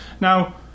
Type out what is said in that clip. now